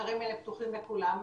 והמחקרים האלה פתוחים לכולם,